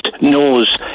knows